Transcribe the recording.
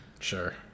Sure